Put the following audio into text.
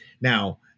Now